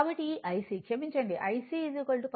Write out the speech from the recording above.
కాబట్టి ఈ IC క్షమించండి IC 14